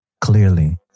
clearly